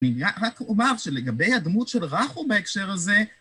אני רק אומר שלגבי הדמות של רחו בהקשר הזה